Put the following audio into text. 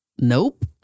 Nope